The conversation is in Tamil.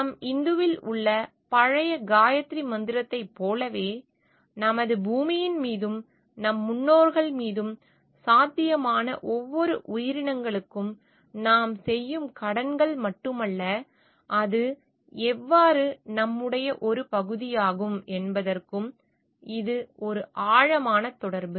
நம் இந்துவில் உள்ள பழைய காயத்ரி மந்திரத்தைப் போலவே நமது பூமியின் மீதும் நம் முன்னோர்கள் மீதும் சாத்தியமான ஒவ்வொரு உயிரினங்களுக்கும் நாம் செய்யும் கடன்கள் மட்டுமல்ல அது எவ்வாறு நம்முடைய ஒரு பகுதியாகும் என்பதற்கும் இது ஒரு ஆழமான தொடர்பு